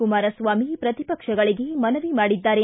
ಕುಮಾರಸ್ವಾಮಿ ಪ್ರತಿಪಕ್ಷಗಳಿಗೆ ಮನವಿ ಮಾಡಿದ್ದಾರೆ